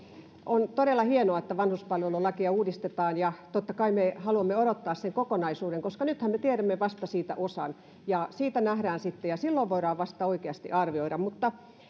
on todella hienoa että vanhuspalvelulakia uudistetaan ja totta kai me haluamme odottaa sen kokonaisuuden koska nythän me tiedämme siitä vasta osan siitä se sitten nähdään ja voidaan vasta oikeasti arvioida mutta